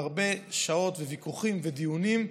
עם הרבה שעות וויכוחים ודיונים,